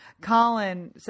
Colin